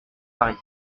paris